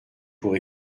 pour